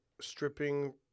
stripping